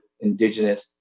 Indigenous